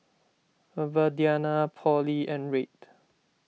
Viridiana Polly and Reid